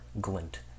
Glint